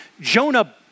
Jonah